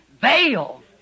veil